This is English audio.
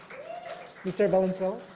mr. valenzuela.